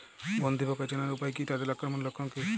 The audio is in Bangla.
গন্ধি পোকা চেনার উপায় কী তাদের আক্রমণের লক্ষণ কী?